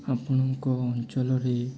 ଆପଣଙ୍କ ଅଞ୍ଚଳରେ